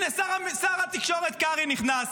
הינה, שר התקשורת קרעי נכנס.